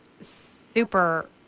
super